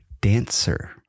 dancer